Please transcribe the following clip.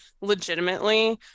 legitimately